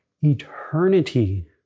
eternity